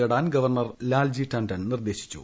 തേടാൻ ഗവർണർ ലാൽജി ടണ്ടൻ നിർദ്ദേശിച്ചു